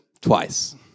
twice